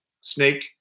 snake